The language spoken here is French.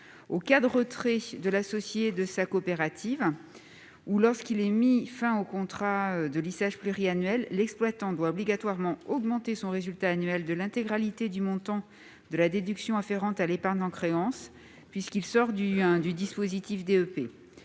En cas de retrait de l'associé de sa coopérative ou lorsqu'il est mis fin au contrat de lissage pluriannuel, l'exploitant doit obligatoirement augmenter son résultat annuel de l'intégralité du montant de la déduction afférente à l'épargne en créances, puisqu'il sort du dispositif DEP.